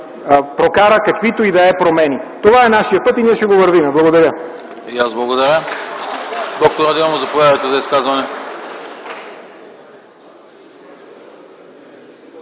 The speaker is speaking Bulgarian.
прокара каквито и да е промени. Това е нашият път и ние ще го вървим! Благодаря.